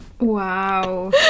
wow